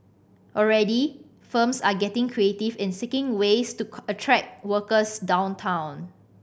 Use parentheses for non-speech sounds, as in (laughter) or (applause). already firms are getting creative in seeking ways to (unintelligible) attract workers downtown